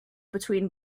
between